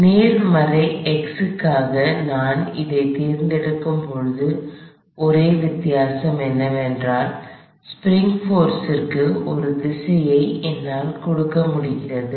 நேர்மறை x க்காக நான் அதைத் தேர்ந்தெடுக்கும்போது ஒரே வித்தியாசம் என்னவென்றால் ஸ்பிரிங் ஃபோர்ஸுக்கு ஒரு திசையை என்னால் கொடுக்க முடிகிறது